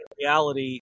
reality